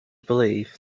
believe